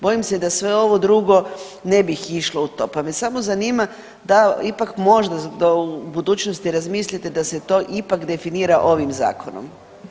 Bojim se da sve ovo drugo ne bih išlo u to, pa me samo zanima da ipak možda za to u budućnosti razmislite da se to ipak definira ovim Zakonom.